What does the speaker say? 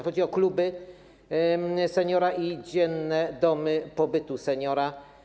Chodzi o kluby seniora i dzienne domy pobytu seniora.